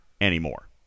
anymore